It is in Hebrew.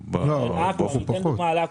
אני אתן דוגמה על עכו.